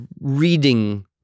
reading